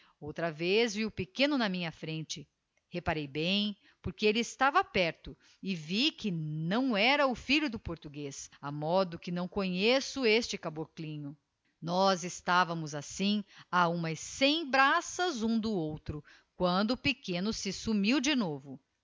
outra vez vi o pequeno na minha frente reparei bem porque elle estava perto e vi que não era o filho do portuguez a modo que não conheço este caboclinho nós estávamos assim a umas cem braças um do outro quando o pequeno se sumiu de novo